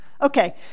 Okay